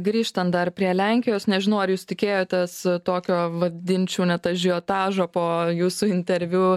grįžtant dar prie lenkijos nežinau ar jūs tikėjotės tokio vadinčiau net ažiotažo po jūsų interviu